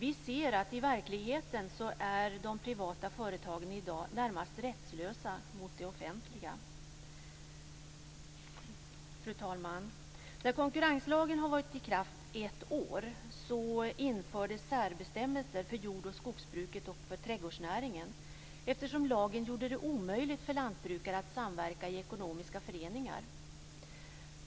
I verkligheten är de privata företagen i dag närmast rättslösa gentemot de offentliga. Fru talman! När konkurrenslagen hade varit i kraft i ett år infördes särbestämmelser för jord och skogsbruket och för trädgårdsnäringen eftersom lagen gjorde det omöjligt för lantbrukare att samverka i ekonomiska föreningar.